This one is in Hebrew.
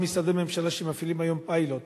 משרדי הממשלה שמפעילים היום פיילוט